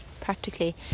Practically